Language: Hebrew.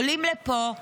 עולים לפה שרים,